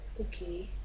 okay